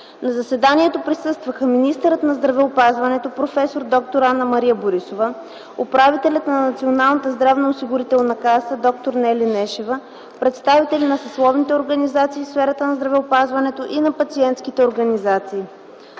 На заседанието присъстваха министърът на здравеопазването проф. д-р Анна-Мария Борисова, управителят на Националната здравноосигурителна каса д-р Нели Нешева, представители на съсловните организации в сферата на здравеопазването и на пациентските организации.